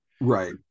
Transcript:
Right